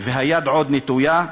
והיד עוד נטויה,